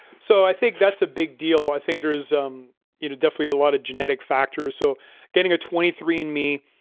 so i think that's a big deal. i think there is um you know definitely a lot of genetic factors. so getting a twenty three and andme,